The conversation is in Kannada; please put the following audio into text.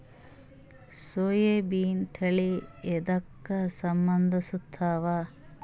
ಸೋಯಾಬಿನ ತಳಿ ಎದಕ ಸಂಭಂದಸತ್ತಾವ?